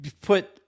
put